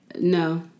No